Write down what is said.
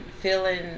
feeling